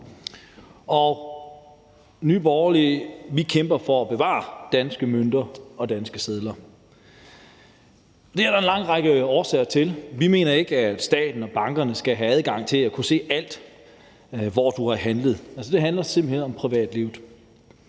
i Nye Borgerlige kæmper vi for at bevare danske mønter og danske sedler. Det er der en lang række årsager til. Vi mener ikke, at staten og bankerne skal have adgang til at kunne se alt om, hvor du har handlet – det handler simpelt hen om privatlivet.